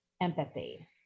empathy